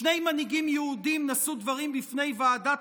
שני מנהיגים יהודים נשאו דברים בפני ועדת